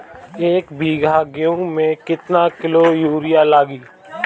एक बीगहा गेहूं में केतना किलो युरिया लागी?